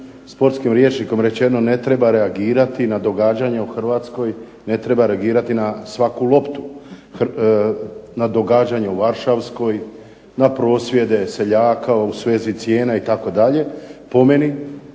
sportskim rječnikom rečeno, ne treba reagirati na događanja u Hrvatskoj, ne treba reagirati na svaku loptu, na događanja u Varšavskoj, na prosvjede seljaka u svezi cijena itd., po meni